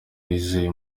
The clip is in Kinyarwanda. wizeye